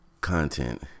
content